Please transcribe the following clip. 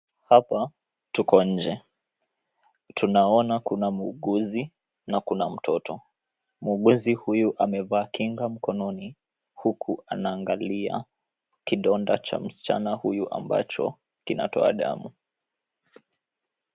Hapa, tuko nje. Tunaona kuna muuguzi, na kuna mtoto. Muuguzi huyu, amevaa kinga mkononi, huku anaangalia, kidonda cha msichana huyo ambacho kinatoa damu.